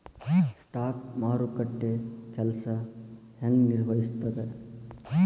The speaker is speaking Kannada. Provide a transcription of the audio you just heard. ಸ್ಟಾಕ್ ಮಾರುಕಟ್ಟೆ ಕೆಲ್ಸ ಹೆಂಗ ನಿರ್ವಹಿಸ್ತದ